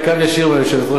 זה בסדר.